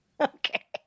Okay